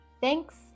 Thanks